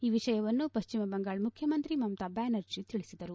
ಈ ವಿಷಯವನ್ನು ಪಶ್ಚಿಮ ಬಂಗಾಳ ಮುಖ್ಯಮಂತ್ರಿ ಮಮತಾ ಬ್ಯಾನರ್ಜಿ ತಿಳಿಸಿದರು